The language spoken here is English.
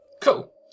Cool